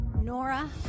nora